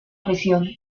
prisión